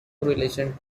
relation